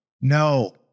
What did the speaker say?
no